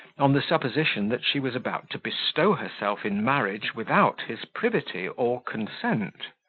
on the supposition that she was about to bestow herself in marriage without his privity or consent.